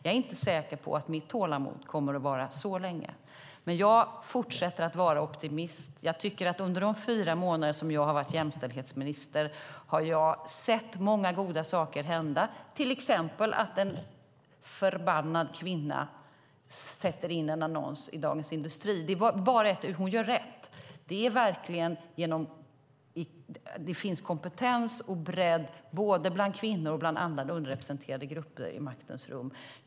Jag är inte säker på att mitt tålamod kommer att vara så länge. Men jag fortsätter att vara optimist. Jag tycker att under de fyra månader som jag har varit jämställdhetsminister har jag sett många goda saker hända, till exempel att en förbannad kvinna sätter in en annons i Dagens Industri. Hon gör rätt. Det finns kompetens och bredd både bland kvinnor och bland andra underrepresenterade grupper i maktens rum.